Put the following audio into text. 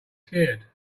scared